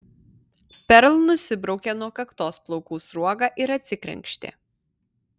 perl nusibraukė nuo kaktos plaukų sruogą ir atsikrenkštė